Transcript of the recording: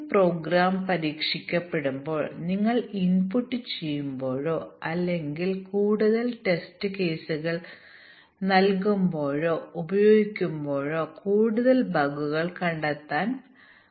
അതിനാൽ ഒരു ഘട്ടത്തിൽ ഇന്റേഗ്രേറ്റ് ചെയ്യുന്ന ബിഗ് ബാങ് ഇന്റഗ്രേഷൻ ടെസ്റ്റിംഗ് വളരെ നിസ്സാരമായ പ്രോഗ്രാമുകൾ നമുക്ക് രണ്ടോ മൂന്നോ മൊഡ്യൂളുകൾ ലളിതമായ മൊഡ്യൂളുകൾ എന്നിവയുള്ള ടോയ് പ്രോഗ്രാമുകൾക്ക് മാത്രമേ ബാധകമാകൂ